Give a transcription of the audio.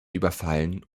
überfallen